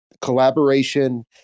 collaboration